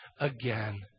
again